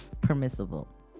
permissible